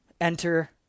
enter